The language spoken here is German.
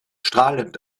strahlend